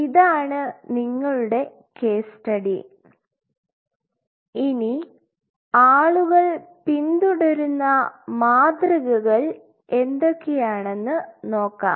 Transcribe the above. ഇതാണ് നിങ്ങളുടെ case study ഇനി ആളുകൾ പിന്തുടരുന്ന മാതൃകകൾ എന്തൊക്കെയാണെന്നു നോക്കാം